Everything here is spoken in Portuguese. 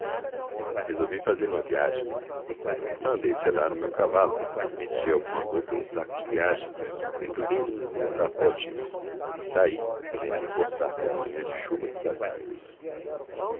resolvi fazer uma viagem mandei selar o meu cavalo meti alguma roupa em um saco de viagem embrulhei me no meu capote e saí sem me importar com a manhã de chuva que fazia